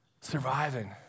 surviving